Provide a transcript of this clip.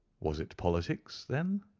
was it politics, then,